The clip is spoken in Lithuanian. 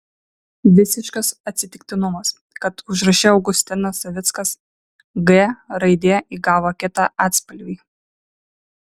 visiškas atsitiktinumas kad užraše augustinas savickas g raidė įgavo kitą atspalvį